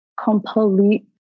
complete